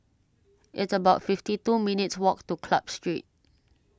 it's about fifty two minutes' walk to Club Street